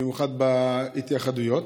במיוחד בהתייחדויות.